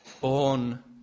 Born